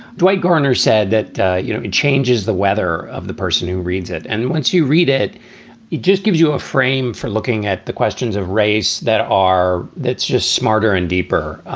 dwight garner said that you know it changes the weather of the person who reads it. and once you read it, it just gives you a frame for looking at the questions of race that are that's just smarter and deeper